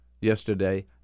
yesterday